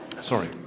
sorry